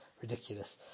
ridiculous